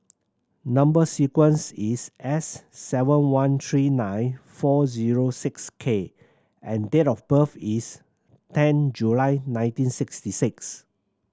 number sequence is S seven one three nine four zero six K and date of birth is ten July nineteen sixty six